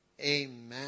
Amen